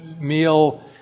meal